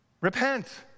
Repent